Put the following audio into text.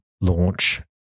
launch